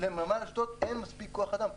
לנמל אשדוד אין מספיק כוח אדם.